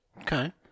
Okay